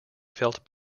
felt